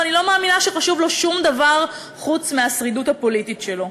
ואני לא מאמינה שחשוב לו דבר חוץ מהשרידות הפוליטית שלו.